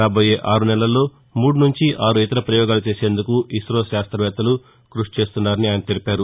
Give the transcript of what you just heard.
రాబోయే ఆరు నెలల్లో మూడు నుంచి ఆరు ఇతర ప్రయోగాలు చేసేందుకు ఇసో శాస్త్రవేత్తలు కృషి చేస్తున్నారని తెలిపారు